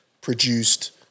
produced